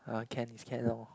[huh] can is can lor